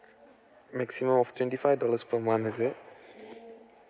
maximum of twenty five dollars per month is it